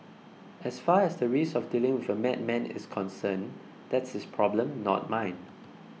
as far as the risk of dealing with a madman is concerned that's his problem not mine